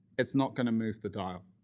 it's not going to move the dial.